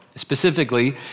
specifically